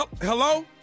Hello